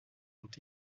ont